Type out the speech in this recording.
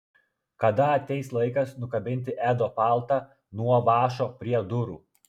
kada ateis laikas nukabinti edo paltą nuo vąšo prie durų